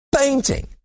painting